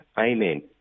Amen